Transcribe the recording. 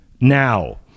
now